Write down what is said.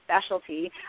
specialty